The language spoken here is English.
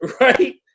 Right